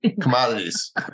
commodities